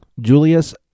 Julius